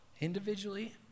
individually